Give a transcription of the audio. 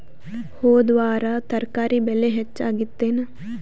ಹೊದ ವಾರ ತರಕಾರಿ ಬೆಲೆ ಹೆಚ್ಚಾಗಿತ್ತೇನ?